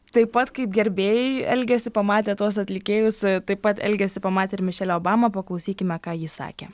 taip pat kaip gerbėjai elgiasi pamatę tuos atlikėjus taip pat elgėsi pamatę ir mišelę obamą paklausykime ką ji sakė